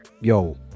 yo